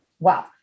Wow